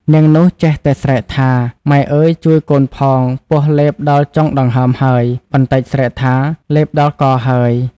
នាង នោះចេះតែស្រែកថា “ម៉ែអើយជួយកូនផង ពស់លេបដល់ចុងដង្ហើមហើយ” បន្ដិចស្រែកថា “លេបដល់កហើយ” ។